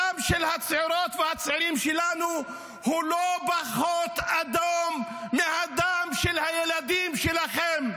הדם של הצעירות והצעירים שלנו הוא לא פחות אדום מהדם של הילדים שלכם.